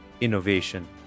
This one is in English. innovation